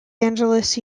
angeles